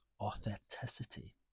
authenticity